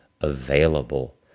available